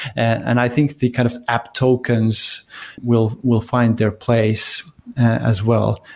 and i think the kind of app tokens will will find their place as well.